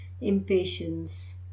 impatience